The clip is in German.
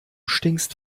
stinkst